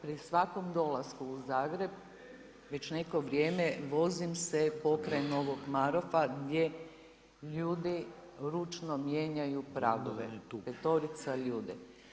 Pri svakom dolasku u Zagreb već neko vrijeme vozim se pokraj Novog Marofa gdje ljudi ručno mijenjaju pragove, petorica ljudi.